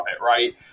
right